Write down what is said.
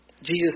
Jesus